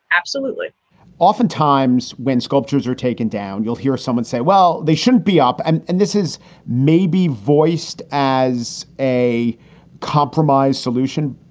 absolutely oftentimes when sculptures are taken down, you'll hear someone say, well, they shouldn't be. and and this is maybe voiced as a compromise solution.